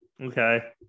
Okay